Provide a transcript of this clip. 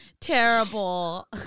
terrible